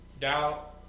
doubt